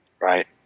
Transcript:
Right